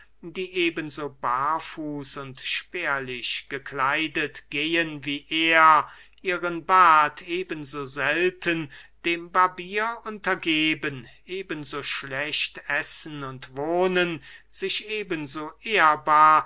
die eben so barfuß und spärlich gekleidet gehen wie er ihren bart eben so selten dem barbier untergeben eben so schlecht essen und wohnen sich eben so